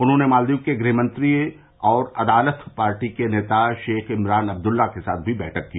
उन्होंने मालदीव के गृहमंत्री और अदालथ पार्टी के नेता शेख इमरान अब्दल्ला के साथ भी बैठक की